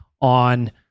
on